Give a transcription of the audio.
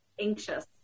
anxious